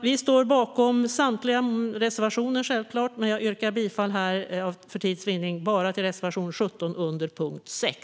Vi står självklart bakom samtliga våra reservationer, men jag yrkar för tids vinnande bifall endast till reservation 17 under punkt 6.